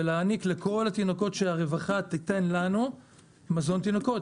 ולהעניק לכל התינוקות שהרווחה תיתן לנו מזון תינוקות,